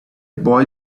boy